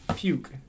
puke